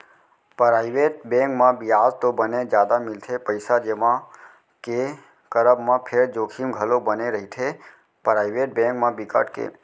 private bank म बियाज तो बने जादा मिलथे पइसा जमा के करब म फेर जोखिम घलोक बने रहिथे, पराइवेट बेंक म बिकट के